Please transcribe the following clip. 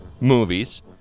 movies